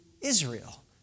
Israel